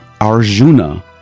Arjuna